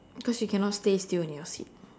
cause you cannot stay still in your seat